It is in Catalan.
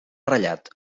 ratllat